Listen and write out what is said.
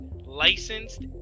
licensed